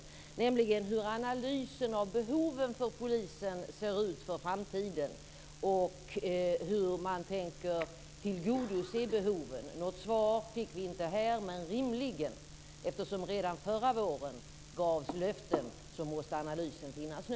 Den gällde hur analysen av behoven för polisen ser ut för framtiden och hur man tänker tillgodose behoven. Något svar fick vi inte här men rimligen, eftersom det redan förra våren gavs löften, måste analysen finnas nu.